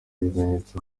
ibimenyetso